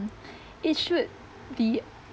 it should be